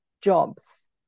jobs